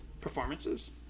Performances